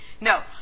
No